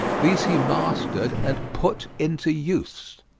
these he mastered and put into use.